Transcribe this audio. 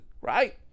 right